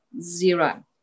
zero